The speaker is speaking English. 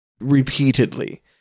repeatedly